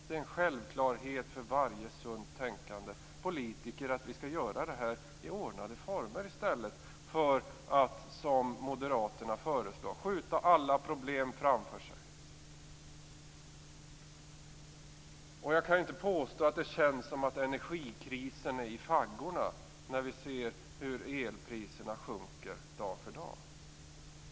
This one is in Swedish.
Det är en självklarhet för varje sunt tänkande politiker att vi skall göra det här i ordnade former i stället för att, som moderaterna föreslår, skjuta alla problem framför oss. Inte heller kan jag påstå att det känns som om energikrisen är i faggorna, när vi ser hur elpriserna sjunker dag för dag.